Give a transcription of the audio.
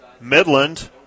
Midland